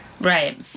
Right